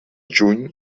juny